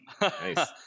nice